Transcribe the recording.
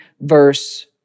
verse